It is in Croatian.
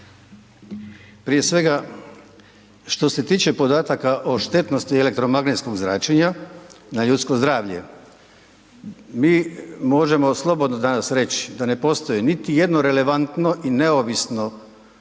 Prije svega, što se tiče podataka o štetnosti elektromagnetskog zračenja na ljudsko zdravlje. Mi možemo slobodno danas reći da ne postoji niti jedno relevantno i neovisno izvješće